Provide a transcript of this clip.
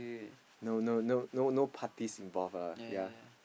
no no no no no parties involved ah ya